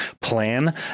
plan